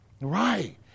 Right